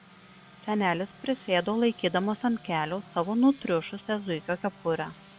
senelis prisėdo laikydamas ant kelių savo nutriušusią zuikio kepurę